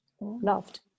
loved